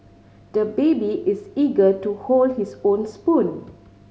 the baby is eager to hold his own spoon